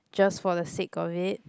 just for the sake of it